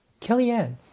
Kellyanne